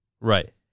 Right